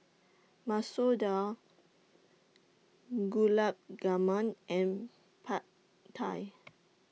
Masoor Dal Gulab and Pad Thai